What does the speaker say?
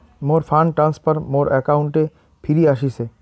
মোর fund transfer মোর অ্যাকাউন্টে ফিরি আশিসে